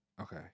okay